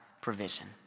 provision